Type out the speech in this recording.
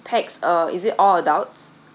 pax uh is it all adults